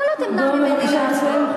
אתה לא תמנע ממני להפגין.